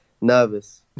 nervous